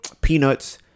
peanuts